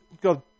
God